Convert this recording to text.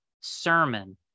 sermon